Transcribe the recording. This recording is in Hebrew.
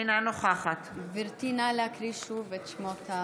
אינה נוכחת גברתי, נא להקריא שוב את השמות.